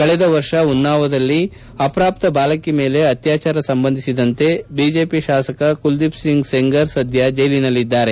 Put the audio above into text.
ಕಳೆದ ವರ್ಷ ಉನ್ನಾವೋದಲ್ಲಿ ಅಪ್ರಾಪ್ತ ಬಾಲಕಿಯ ಮೇಲೆ ಅತ್ಯಾಚಾರ ಸಂಬಂಧಿಸಿದಂತೆ ಬಿಜೆಪಿ ಶಾಸಕ ಕುಲದೀಪ್ ಸಿಂಗ್ ಸೆಂಗರ್ ಸದ್ದ ಜೈಲಿನಲ್ಲಿದ್ದಾರೆ